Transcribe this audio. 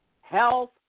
health